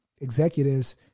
executives